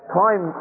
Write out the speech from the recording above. time